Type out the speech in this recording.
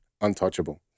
Untouchable